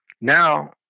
Now